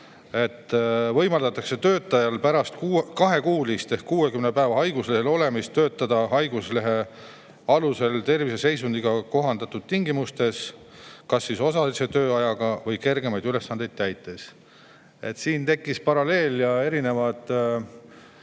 võimaldatakse pärast kahekuulist ehk 60 päeva haiguslehel olemist töötada haiguslehe alusel terviseseisundiga kohandatud tingimustes kas osalise tööajaga või kergemaid ülesandeid täites. Siin tekkis paralleel ja erinevad